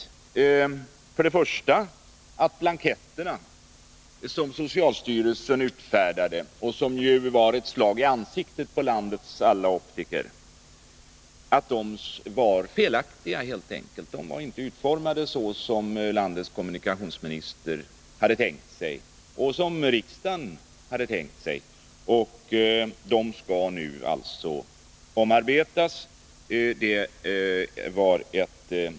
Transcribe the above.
Jag vill först och främst säga att blanketterna som socialstyrelsen utfärdade och som ju var ett slag i ansiktet på landets alla optiker helt enkelt var felaktiga — de var inte utformade så som landets kommunikationsminister och riksdagen hade tänkt sig, och de skall nu alltså omarbetas.